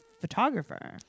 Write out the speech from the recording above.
photographer